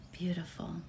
Beautiful